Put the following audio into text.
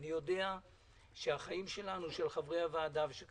אני יודע שהחיים של חברי הוועדה ושל